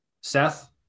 Seth